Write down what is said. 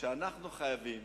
שאנחנו חייבים